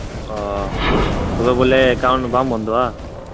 ᱛᱚᱵᱮ ᱵᱚᱞᱮ ᱮᱠᱟᱩᱱᱴ ᱵᱟᱝ ᱵᱚᱱᱫᱚᱜᱼᱟ